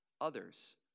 others